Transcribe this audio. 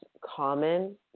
common